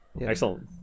Excellent